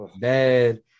bad